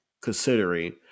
considering